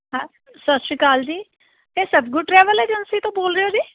ਸਤਿ ਸ਼੍ਰੀ ਅਕਾਲ ਜੀ ਇਹ ਸਤਿਗੁਰੂ ਟਰੈਵਲ ਏਜੰਸੀ ਤੋਂ ਬੋਲ ਰਹੇ ਹੋ ਜੀ